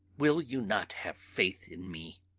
will you not have faith in me?